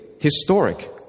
Historic